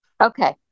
Okay